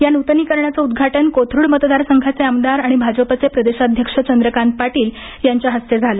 या नुतनीकरणाचे उद्घाटन कोथरुड मतदारसंघाचे आमदार आणि भाजपचे प्रदेशाध्यक्ष चंद्रकांत पाटील यांच्या हस्ते झालं